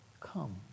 Come